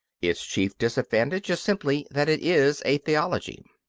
its chief disadvantage is simply that it is a theology.